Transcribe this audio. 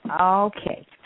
Okay